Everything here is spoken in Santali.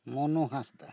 ᱢᱚᱱᱚ ᱦᱟᱸᱥᱫᱟ